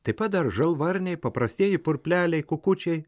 taip pat dar žalvarniai paprastieji purpleliai kukučiai